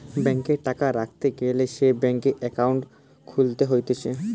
ব্যাংকে টাকা রাখতে গ্যালে সে ব্যাংকে একাউন্ট খুলতে হতিছে